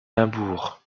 limbourg